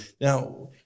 Now